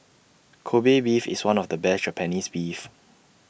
Kobe Beef is one of the best Japanese Beef